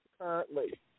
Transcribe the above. currently